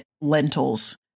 lentils